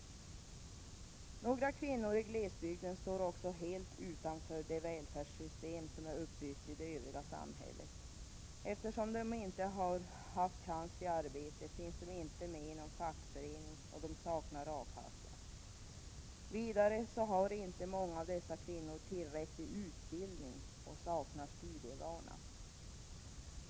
Några kvinnor i glesbygden står också helt utanför det välfärdssystem som är uppbyggt i det övriga samhället. Eftersom de inte har haft chansen till arbete finns de inte med i någon fackförening och saknar A-kassa. Vidare har inte många av dessa kvinnor tillräcklig utbildning, och de saknar studievana.